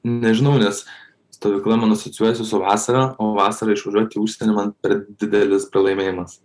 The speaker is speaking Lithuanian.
nežinau nes stovykla man asocijuojasi su vasara o vasarą išvažiuoti į užsienį man per didelis pralaimėjimas